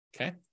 Okay